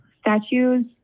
statues